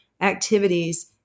activities